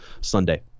Sunday